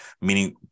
meaning